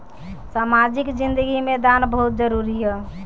सामाजिक जिंदगी में दान बहुत जरूरी ह